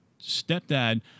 stepdad